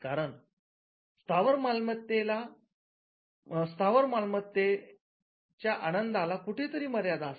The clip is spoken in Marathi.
कारण स्थावर मालमत्ते आनंदाला कुठेतरी मर्यादा असते